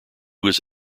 was